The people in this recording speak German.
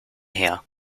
her